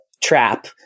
trap